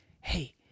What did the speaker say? hey